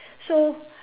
so